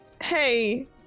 hey